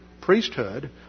priesthood